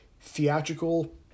theatrical